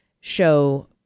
show